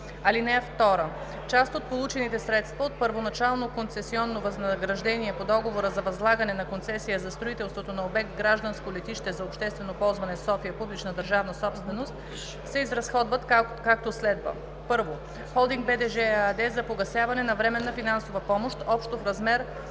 (2) Част от получените средства от първоначално концесионно възнаграждение по договора за възлагане на концесия за строителство на обект „Гражданско летище за обществено ползване София“ – публична държавна собственост се изразходват, както следва: 1. „Холдинг БДЖ“ ЕАД за погасяване на временна финансова помощ общо в размер